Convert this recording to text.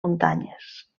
muntanyes